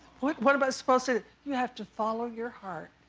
what what am i supposed to you have to follow your heart.